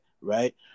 right